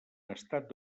estat